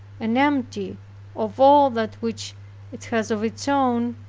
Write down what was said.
and emptied of all that which it has of its own,